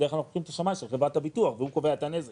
בדרך כלל אנחנו לוקחים את השמאי של חברת הביטוח והוא קובע את הנזק.